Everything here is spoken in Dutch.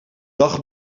dag